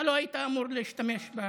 אתה לא היית אמור להשתמש בה.